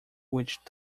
which